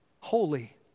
Holy